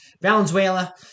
Valenzuela